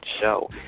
show